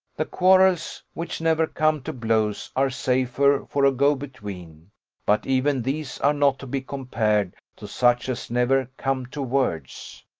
the quarrels which never come to blows are safer for a go-between but even these are not to be compared to such as never come to words